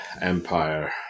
Empire